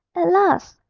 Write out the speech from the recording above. at last,